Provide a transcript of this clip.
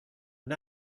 and